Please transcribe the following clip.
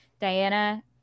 diana